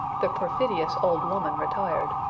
the perfidious old woman retired,